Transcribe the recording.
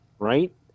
right